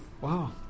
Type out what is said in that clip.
Wow